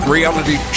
Reality